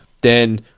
then-